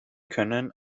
können